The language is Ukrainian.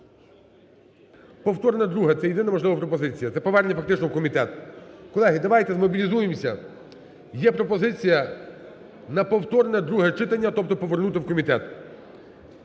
повторне друге – це єдина можлива пропозиція, це повернення, фактично, в комітет. Колеги, давайте змобілізуємося. Є пропозиція на повторне друге читання, тобто повернути в комітет.